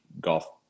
golf